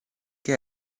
che